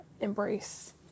embrace